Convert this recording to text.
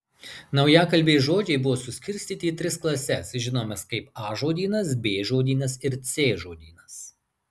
naujakalbės žodžiai buvo suskirstyti į tris klases žinomas kaip a žodynas b žodynas ir c žodynas